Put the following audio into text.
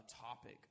topic